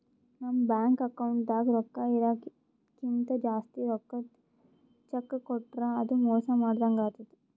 ನಮ್ ಬ್ಯಾಂಕ್ ಅಕೌಂಟ್ದಾಗ್ ರೊಕ್ಕಾ ಇರದಕ್ಕಿಂತ್ ಜಾಸ್ತಿ ರೊಕ್ಕದ್ ಚೆಕ್ಕ್ ಕೊಟ್ರ್ ಅದು ಮೋಸ ಮಾಡದಂಗ್ ಆತದ್